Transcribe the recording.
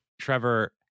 Trevor